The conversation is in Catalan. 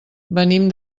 venim